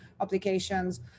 applications